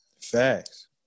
facts